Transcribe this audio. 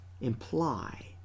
imply